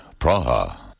Praha